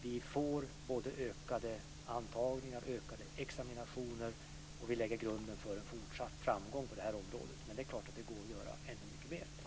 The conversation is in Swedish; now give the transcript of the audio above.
Vi får både ökade antagningar och ökade examinationer. Vi lägger grunden för en fortsatt framgång på det här området. Men det är klart att det går att göra ännu mycket mer.